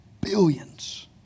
billions